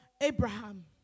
Abraham